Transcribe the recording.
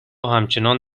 همچنان